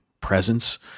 presence